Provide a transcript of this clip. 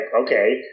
okay